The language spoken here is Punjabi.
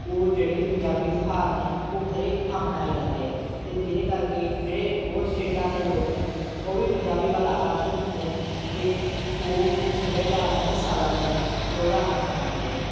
ਉਹ ਜਿਹੜੇ ਵੀ ਪੰਜਾਬੀ ਤਿਉਹਾਰ ਨੇ ਉਹ ਹਰੇਕ ਥਾਂ ਮਨਾਏ ਜਾਂਦੇ ਆ ਅਤੇ ਜਿਹਦੇ ਕਰਕੇ ਜਿਹੜੇ ਹੋਰ ਸਟੇਟਾਂ ਦੇ ਲੋਕ ਨੇ ਉਹ ਵੀ ਪੰਜਾਬੀ ਵੱਲ ਆਕਰਸ਼ਿਤ ਹੁੰਦੇ ਨੇ ਅਤੇ ਉਹ ਸੱਭਿਆਚਾਰ ਦਾ ਹਿੱਸਾ ਬਣਦੇ ਨੇ ਅਤੇ ਉਹਦਾ ਆਨੰਦ ਮਾਣਦੇ ਨੇ